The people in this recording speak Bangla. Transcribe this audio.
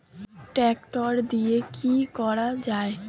ট্রাক্টর দিয়ে কি করা যায়?